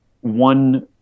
one